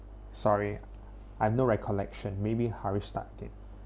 sorry I've no recollection maybe haresh start again